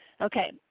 Okay